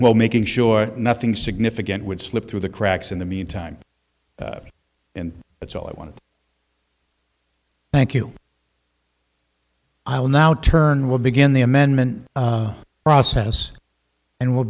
well making sure nothing significant would slip through the cracks in the meantime and that's all i want to thank you i'll now turn will begin the amendment process and w